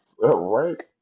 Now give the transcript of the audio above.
Right